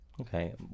Okay